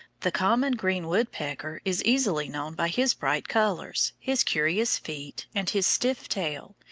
the common green woodpecker is easily known by his bright colours, his curious feet, and his stiff tail,